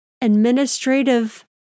administrative